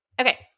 Okay